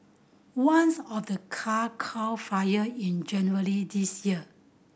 ones of the car caught fire in January this year